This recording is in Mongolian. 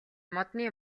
модны